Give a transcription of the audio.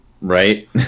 Right